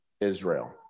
Israel